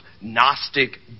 Gnostic